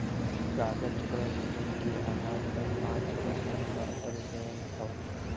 कागज क वजन के आधार पर पाँच किसम बांटल गयल हौ